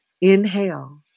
Inhale